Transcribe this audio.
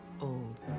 old